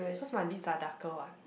cause my lips are darker [what]